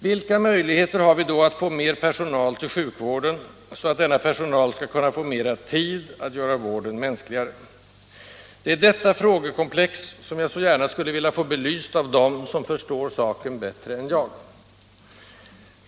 Vilka möjligheter har vi då att få mera personal till sjukvården, så att denna personal skall kunna få mera tid att göra vården mänskligare? Det är detta frågekomplex jag så gärna skulle vilja få belyst av dem som förstår saken bättre än jag.